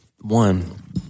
One